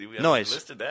Noise